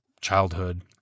childhood